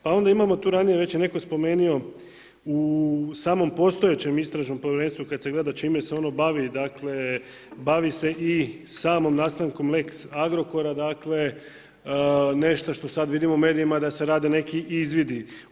Pa onda imamo tu ranije, već je netko spomenio, u samom postojećem istražnom povjerenstvu kad se gleda čime se ono bavi, dakle bavi se i samim nastankom lex Agrokora, dakle nešto što sad vidimo u medijima da se rade neki izvidi.